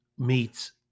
meets